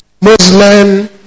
Muslim